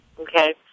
Okay